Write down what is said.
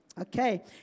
Okay